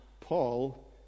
Paul